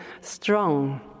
strong